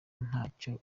ntacyo